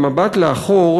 במבט לאחור,